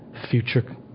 future